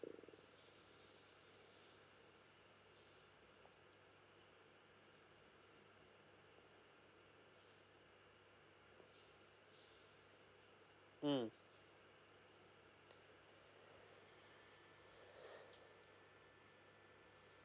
mm